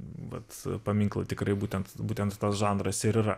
vat paminklo tikrai būtent būtent tas žanras ir yra